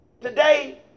today